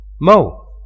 mo